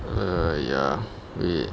err ya wait